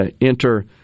enter